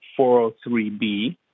403B